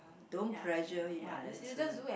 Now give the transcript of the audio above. don't pressure him unnecessary